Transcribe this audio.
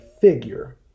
figure